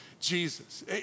Jesus